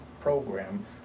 program